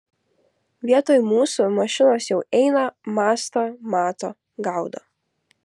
vietoj mūsų mašinos jau eina mąsto mato gaudo